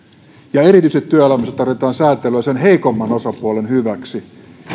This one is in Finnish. ja työelämässä tarvitaan sääntelyä erityisesti sen heikomman osapuolen hyväksi